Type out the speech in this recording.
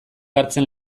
hartzen